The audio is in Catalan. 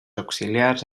auxiliars